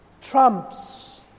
trumps